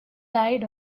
died